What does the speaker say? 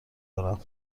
دارم